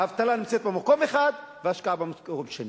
האבטלה נמצאת במקום אחד, וההשקעה במקום שני.